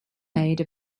made